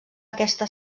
aquesta